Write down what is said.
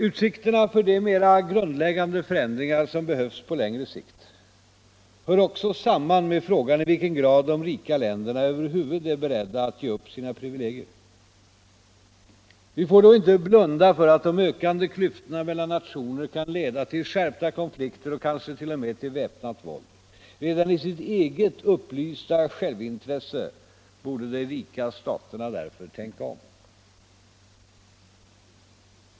Utsikterna för de mera grundläggande förändringar som behövs på längre sikt hör också samman med frågan i vilken grad de rika länderna över huvud är beredda att ge upp sina privilegier. Vi får då inte blunda för att de ökande klyftorna mellan nationer kan leda till skärpta konflikter och kansket.o.m. till väpnat våld. Redan i sitt eget upplysta självintresse borde de rika staterna därför tänka om.